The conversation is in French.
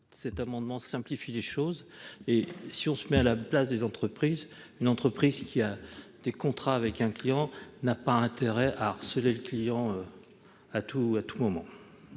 cet amendement simplifie les choses. Et si on se met à la place des entreprises, une entreprise qui a des contrats avec un client n'a pas intérêt à harceler le client à tout moment.